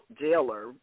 jailer